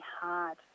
hard